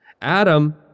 Adam